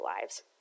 lives